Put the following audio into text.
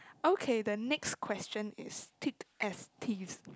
okay the next question is